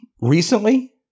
Recently